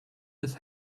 his